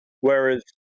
Whereas